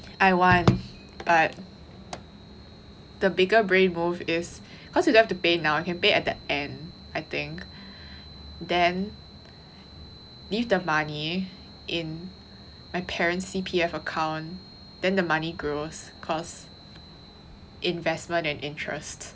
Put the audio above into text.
I want but the bigger brain move is cause you have to pay now you can pay at the end I think then leave the money in my parents' C_P_F account then the money grows cause investment and interest